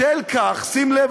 בשל כך" שים לב,